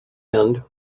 end